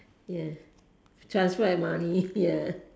ya transport and money ya